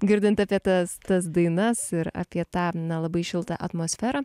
girdint apie tas tas dainas ir apie tą na labai šiltą atmosferą